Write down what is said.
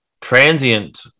transient